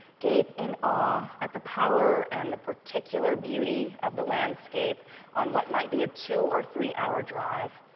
gape in awe at the power and the particular beauty of the landscape on what might be a two or three-hour drive.